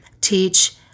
teach